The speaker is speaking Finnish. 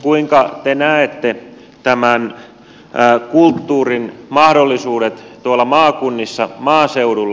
kuinka te näette kulttuurin mahdollisuudet tuolla maakunnissa maaseudulla